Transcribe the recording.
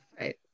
Right